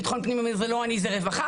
ביטחון פנים אומר, זה לא אני, זה רווחה.